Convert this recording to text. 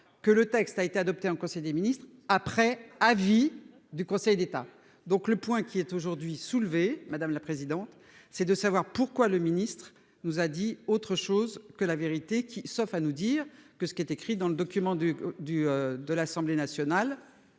que le texte a été adopté en conseil des ministres après avis du Conseil d'État. Donc le point qui est aujourd'hui soulevée madame la présidente, c'est de savoir pourquoi le ministre nous a dit autre chose que la vérité qui sauf à nous dire que ce qui est écrit dans le document du du de l'Assemblée nationale.